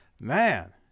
man